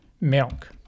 milk